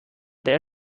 der